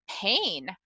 pain